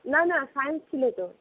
না না সায়েন্স ছিল তো